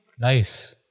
Nice